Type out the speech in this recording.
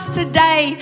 today